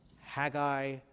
Haggai